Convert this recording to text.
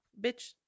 bitch